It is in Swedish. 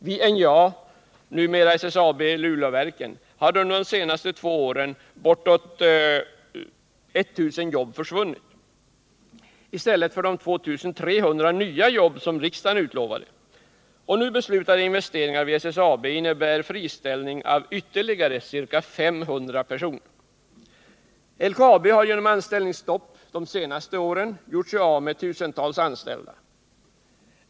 Vid NJA — numera SSAB-Luleå-verken — har under de senaste två åren bortåt 1000 jobb försvunnit i stället för de 2 300 nya jobb riksdagen utlovat, och nu beslutade investeringar vid SSAB innebär friställning av ytterligare ca 500 personer. LKAB har genom anställningsstopp de senaste åren gjort sig av med tusentals anställda.